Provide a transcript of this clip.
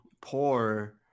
poor